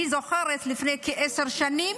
אני זוכרת שלפני כעשר שנים